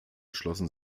schlossen